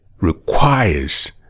requires